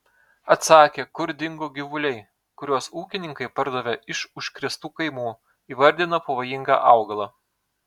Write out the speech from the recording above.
atsakė kur dingo gyvuliai kuriuos ūkininkai pardavė iš užkrėstų kaimų įvardino pavojingą augalą